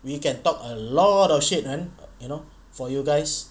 we can talk a lot of shit man you know for you guys